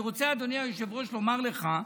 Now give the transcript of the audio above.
אני רוצה לומר לך,